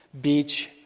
beach